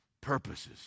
purposes